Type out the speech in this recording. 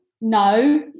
no